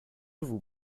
vous